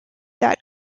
that